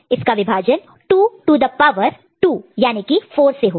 इसका विभाजन division division 2 to the power 2 याने की 4 से होगा